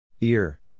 Ear